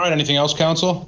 on anything else counsel